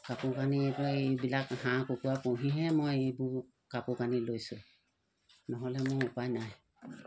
কাপোৰ কানি এইবাৰ এইবিলাক হাঁহ কুকুৰা পুহিহে মই এইবোৰ কাপোৰ কানি লৈছোঁ নহ'লে মোৰ উপায় নাই